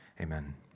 Amen